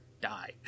die